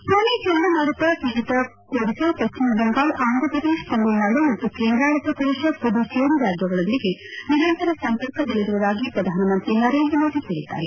ಫೋನಿ ಚಂಡಮಾರುತ ಪೀಡಿತ ಒಡಿಶಾ ಪಶ್ಲಿಮ ಬಂಗಾಳ ಆಂಧ್ರಪ್ರದೇಶ ತಮಿಳುನಾಡು ಮತ್ತು ಕೇಂದ್ರಾಡಳಿತ ಪ್ರದೇಶ ಪುದುಚೇರಿ ರಾಜ್ಯಗಳೊಂದಿಗೆ ನಿರಂತರ ಸಂಪರ್ಕದಲ್ಲಿರುವುದಾಗಿ ಪ್ರಧಾನಮಂತ್ರಿ ನರೇಂದ್ರ ಮೋದಿ ಹೇಳದ್ದಾರೆ